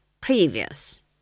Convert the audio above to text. previous